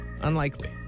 Unlikely